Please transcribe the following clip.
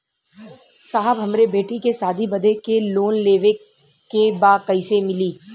साहब हमरे बेटी के शादी बदे के लोन लेवे के बा कइसे मिलि?